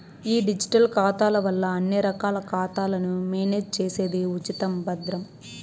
ఈ డిజిటల్ ఖాతాల వల్ల అన్ని రకాల ఖాతాలను మేనేజ్ చేసేది ఉచితం, భద్రం